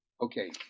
Okay